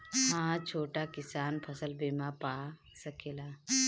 हा छोटा किसान फसल बीमा पा सकेला?